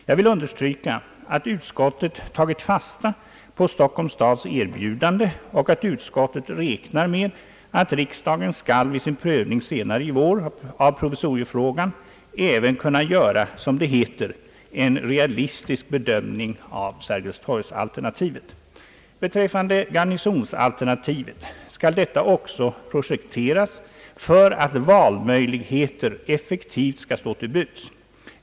Jag vill understryka att utskottet tagit fasta på Stockholms stads erbjudande och att utskottet räknar med att riksdagen skall vid sin prövning senare i vår av provisoriefrågan även kunna göra, som det heter, »en realistisk bedömning» av Sergelstorgs-alternativet. Beträffande Garnisons-alternativet skall detta också projekteras för att effektiv valmöjlighet skall stå till buds.